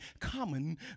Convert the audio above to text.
common